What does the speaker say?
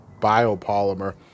biopolymer